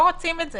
לא רוצים את זה,